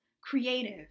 creative